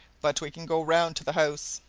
but we can go round to the house.